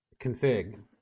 config